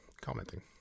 commenting